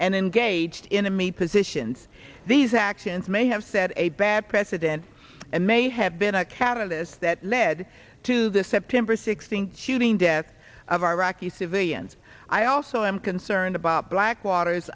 and engaged in a me positions these actions may have set a bad precedent and may have been a catalyst that led to the september sixteenth shooting death of iraqi civilians i also am concerned about blackwater